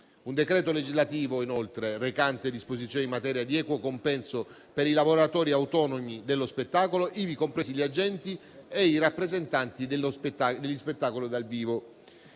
un decreto legislativo recante disposizioni in materia di equo compenso per i lavoratori autonomi dello spettacolo, ivi compresi gli agenti e i rappresentanti degli spettacoli dal vivo;